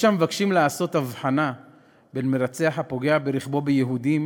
יש המבקשים לעשות הבחנה בין מרצח הפוגע ברכבו ביהודים